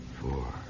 Four